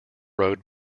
road